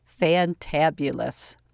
fantabulous